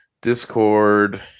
Discord